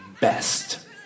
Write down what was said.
best